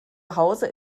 hause